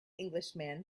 englishman